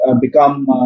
become